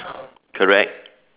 correct